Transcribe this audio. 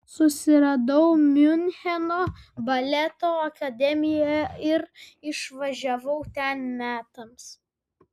susiradau miuncheno baleto akademiją ir išvažiavau ten metams